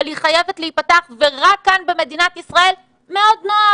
אבל היא חייבת להיפתח ורק כאן במדינת ישראל מאוד נוח